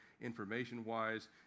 information-wise